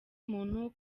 muntu